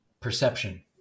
perception